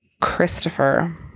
Christopher